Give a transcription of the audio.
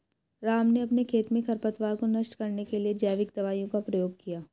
राम ने अपने खेत में खरपतवार को नष्ट करने के लिए जैविक दवाइयों का प्रयोग किया